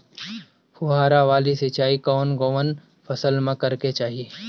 फुहारा वाला सिंचाई कवन कवन फसल में करके चाही?